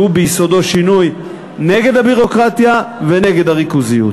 שהוא ביסודו שינוי נגד הביורוקרטיה ונגד הריכוזיות.